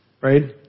right